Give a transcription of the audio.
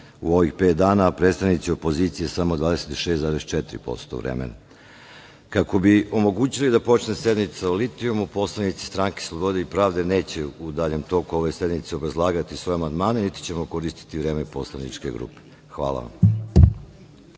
u ovih pet dana, a predstavnici opozicije samo 26,4% vremena. Kako bi omogućili da počne sednica o litijumu, poslanici Stranke slobode i pravde neće u daljem toku ove sednice obrazlagati svoje amandmane, niti ćemo koristiti vreme poslaničke grupe. Hvala vam.